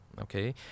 Okay